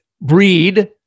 breed